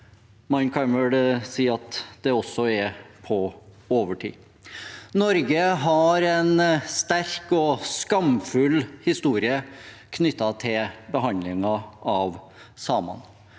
Man kan vel også si at det er på overtid. Norge har en sterk og skamfull historie knyttet til behandlingen av samene